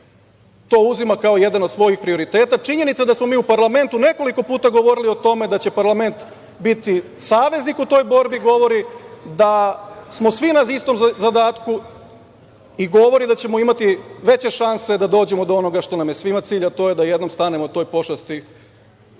to uzima kao jedan od svojih prioriteta, činjenica da smo mi u parlamentu nekoliko puta govorili o tome da će parlament biti saveznik u toj borbi, govori da smo svi na istom zadatku i govori da ćemo imati veće šanse da dođemo do onoga što nam je svima cilj, a to je da jednom stanemo toj pošasti